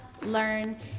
learn